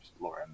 Laura